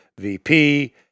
VP